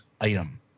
item